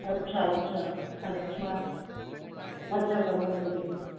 अच्छा अच्छा अच्छा अच्छा कंबल बि